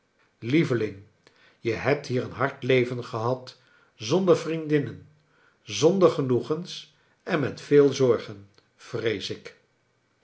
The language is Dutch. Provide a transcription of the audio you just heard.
lieveling je hebt hier een hard leven gehad zonder vriendinnen zonder genoegens en met veel zorgen vrees ik